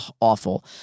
awful